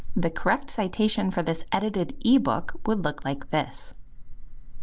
the correct citation for this edited ebook would look like this